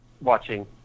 watching